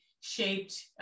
shaped